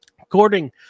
According